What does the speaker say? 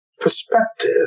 perspective